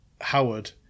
Howard